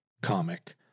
comic